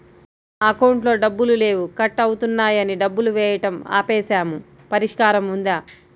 నా అకౌంట్లో డబ్బులు లేవు కట్ అవుతున్నాయని డబ్బులు వేయటం ఆపేసాము పరిష్కారం ఉందా?